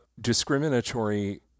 discriminatory